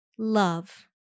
Love